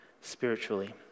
spiritually